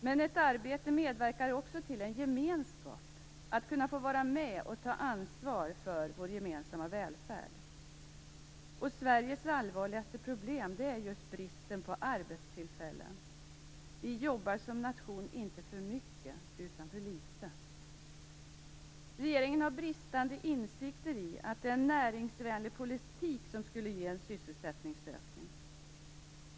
Men ett arbete medverkar också till en gemenskap, att kunna få vara med och ta ansvar för vår gemensamma välfärd. Sveriges allvarligaste problem är just bristen på arbetstillfällen - vi jobbar som nation inte för mycket utan för litet. Regeringen har bristande insikt om att det är en näringsvänlig politik som skulle ge en sysselsättningsökning.